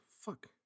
fuck